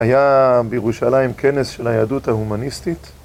היה בירושלים כנס של היהדות ההומניסטית.